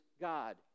God